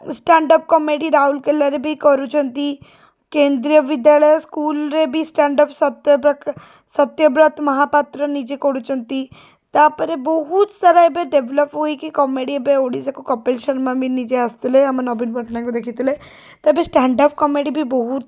standup comedy ରାଉରକେଲାରେ ବି କରୁଛନ୍ତି କେନ୍ଦ୍ରୀୟ ବିଦ୍ୟାଳୟ ସ୍କୁଲ୍ରେ ବି ଷ୍ଟାଣ୍ଡଅପ୍ ସତ୍ୟପ୍ରକା ସତ୍ୟବ୍ରତ ମହାପାତ୍ର ନିଜେ କରୁଛନ୍ତି ତା'ପରେ ବହୁତସାରା ଏବେ ଡେଭଲପ୍ ହୋଇକି କମେଡ଼ି ଏବେ ଓଡ଼ିଶାକୁ କପିଲ ଶର୍ମା ବି ନିଜେ ଆସିଥିଲେ ଆମ ନବୀନ ପଟ୍ଟନାୟକଙ୍କୁ ଦେଖିଥିଲେ ତ ଏବେ ଷ୍ଟାଣ୍ଡଅପ୍ କମେଡ଼ି ବି ବହୁତ